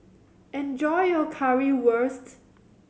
enjoy your Currywurst